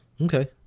Okay